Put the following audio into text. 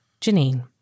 Janine